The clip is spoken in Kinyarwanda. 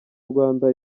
rwanda